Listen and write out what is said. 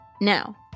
Now